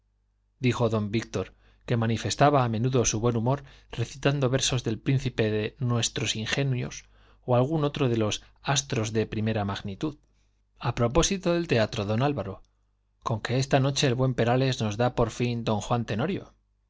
viento dijo don víctor que manifestaba a menudo su buen humor recitando versos del príncipe de nuestros ingenios o de algún otro de los astros de primera magnitud a propósito de teatro don álvaro con que esta noche el buen perales nos da por fin don juan tenorio